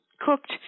cooked